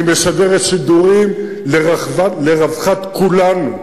היא מסדרת סידורים לרווחת כולנו,